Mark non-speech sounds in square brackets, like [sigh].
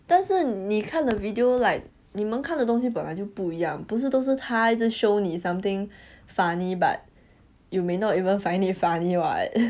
但是你看了 video like 你们看的东西本来就不一样不是都是他一直 show 你 something funny but you may not even find it funny [what] [laughs]